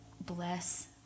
bless